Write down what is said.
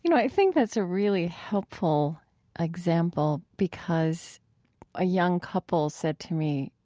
you know i think that's a really helpful example, because a young couple said to me,